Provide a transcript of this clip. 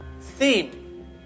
theme